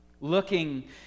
looking